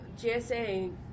GSA